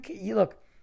Look